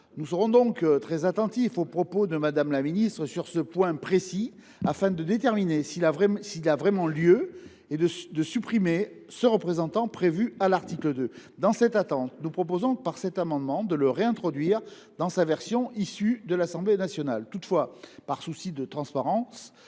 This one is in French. Nous serons donc très attentifs aux propos de Mme la ministre sur ce point précis afin de déterminer s’il y a vraiment lieu de supprimer ledit alinéa. Dans cette attente, nous proposons, par cet amendement, de le réintroduire dans sa version issue des travaux de l’Assemblée nationale. Toutefois, par souci de transparence,